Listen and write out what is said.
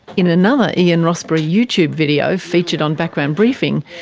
in another ian rossborough youtube video featured on background briefing,